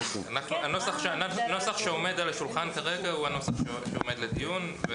הנוסח שעומד כרגע על השולחן הוא הנוסח שעומד לדיון.